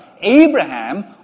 Abraham